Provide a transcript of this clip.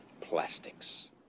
Plastics